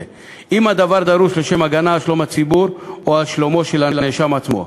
אם הדבר דרוש לשם הגנה על שלום הציבור או על שלומו של הנאשם עצמו.